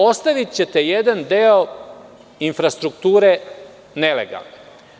Ostavićete jedan deo infrastrukture nelegalnim.